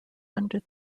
under